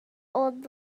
old